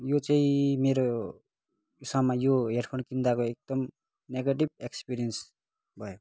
यो चाहिँ मेरो सामान यो हेडफोन किन्दाको एकदम नेगेटिभ एक्सपिरियन्स भयो